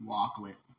Walklet